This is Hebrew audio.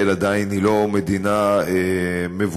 ישראל עדיין לא מדינה מבודדת,